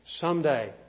someday